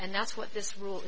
and that's what this rule